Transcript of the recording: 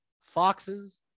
Foxes